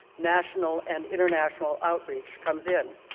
national and international outreach comes in.